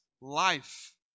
life